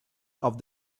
off